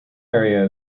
area